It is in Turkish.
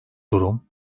durum